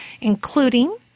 including